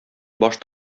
баш